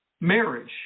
marriage